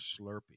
Slurpee